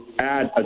add